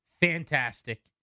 fantastic